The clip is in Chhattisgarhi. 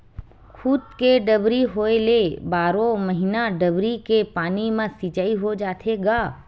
खुद के डबरी होए ले बारो महिना डबरी के पानी म सिचई हो जाथे गा